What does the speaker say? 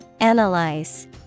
Analyze